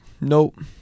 nope